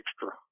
extra